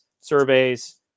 surveys